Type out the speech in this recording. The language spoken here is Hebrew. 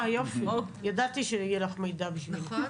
מירב בן ארי, יו"ר ועדת ביטחון פנים: